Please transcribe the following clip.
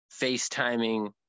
FaceTiming